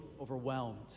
overwhelmed